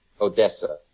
Odessa